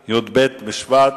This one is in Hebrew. הניקיון,